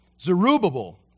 Zerubbabel